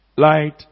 Light